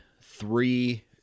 three